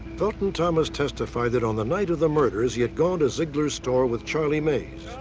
felton thomas testified that on the night of the murders, he had gone to zeigler's store with charlie mays.